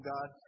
God